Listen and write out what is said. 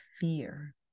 fear